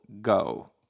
go